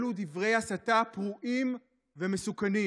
אלו דברי הסתה פרועים ומסוכנים.